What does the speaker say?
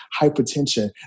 hypertension